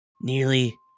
nearly